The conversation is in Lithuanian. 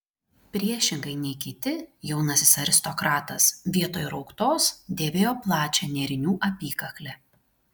priešingai nei kiti jaunasis aristokratas vietoj rauktos dėvėjo plačią nėrinių apykaklę